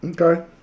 Okay